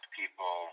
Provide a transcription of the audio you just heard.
people